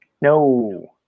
No